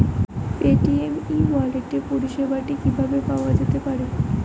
Paytm e wallet পরিষেবাটি কিভাবে পাওয়া যেতে পারে?